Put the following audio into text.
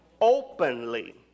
openly